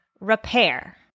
repair